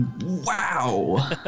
Wow